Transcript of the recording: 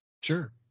Sure